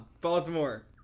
Baltimore